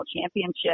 championship